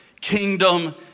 kingdom